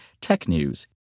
TECHNEWS